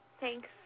Thanks